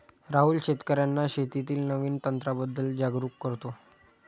राहुल शेतकर्यांना शेतीतील नवीन तंत्रांबद्दल जागरूक करतो